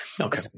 Okay